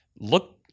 look